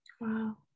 wow